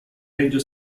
radio